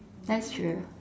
that's true